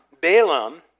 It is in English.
Balaam